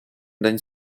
день